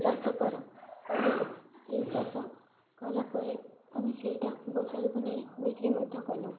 ଚାଷ କରୁ କରିଲୁ ସେଇ ଚାଷ କଲା ପରେ ଆମେ ସେଇଟା ବଜାରକୁ ନେଇ ବିକ୍ରି ମଧ୍ୟ କଲୁ